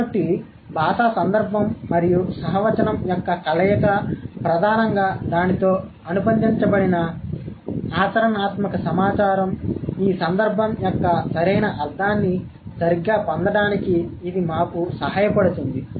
కాబట్టి భాషా సందర్భం మరియు సహ వచనం యొక్క కలయిక ప్రధానంగా దానితో అనుబంధించబడిన ఆచరణాత్మక సమాచారం ఈ సందర్భం యొక్క సరైన అర్థాన్ని సరిగ్గా పొందడానికి ఇది మాకు సహాయపడుతుంది